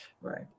Right